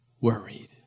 worried